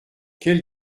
quelle